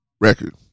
record